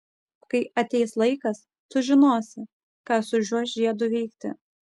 kai ateis laikas tu žinosi ką su šiuo žiedu veikti